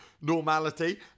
normality